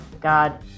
God